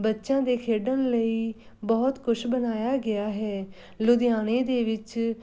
ਬੱਚਿਆਂ ਦੇ ਖੇਡਣ ਲਈ ਬਹੁਤ ਕੁਛ ਬਣਾਇਆ ਗਿਆ ਹੈ ਲੁਧਿਆਣੇ ਦੇ ਵਿੱਚ